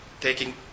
Taking